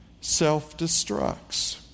self-destructs